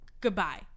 goodbye